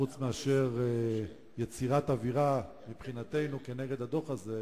חוץ מאשר יצירת אווירה, מבחינתנו, כנגד הדוח הזה,